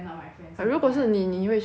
but 如果是你你会 charge 多少